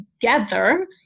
together